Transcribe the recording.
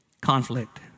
Conflict